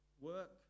work